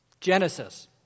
Genesis